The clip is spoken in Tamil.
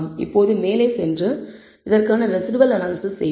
இப்போது நாம் மேலே சென்று இதற்கான ரெஸிடுவல்அனாலிசிஸ் செய்வோம்